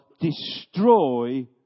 destroy